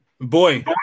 boy